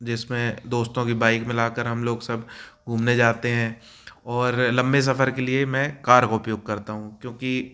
जिसमें दोस्तों की बाइक मिला कर हम लोग सब घूमने जाते हैं और लंबे सफ़र के लिए मैं कार का उपयोग करता हूँ क्योंकि